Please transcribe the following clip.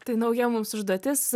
tai nauja mums užduotis